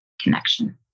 connection